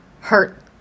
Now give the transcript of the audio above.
hurt